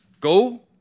Go